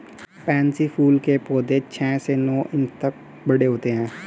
pansy फूल के पौधे छह से नौ इंच तक बड़े होते हैं